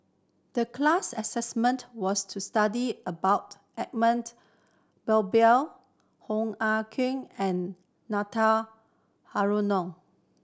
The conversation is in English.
the class assignment was to study about Edmund Blundell Hoo Ah Kay and Nathan Hartono